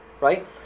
right